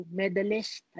medalist